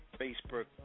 Facebook